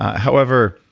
however,